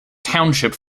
township